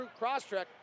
Crosstrek